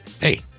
hey